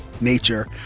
Nature